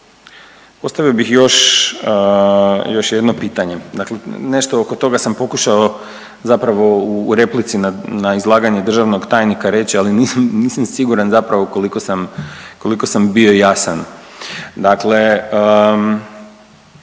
postavio bih još jedno pitanje. Dakle, nešto oko toga sam pokušao zapravo u replici na izlaganje državnog tajnika reći ali nisam siguran zapravo koliko sam, koliko sam bio jasan. Dakle,